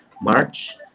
March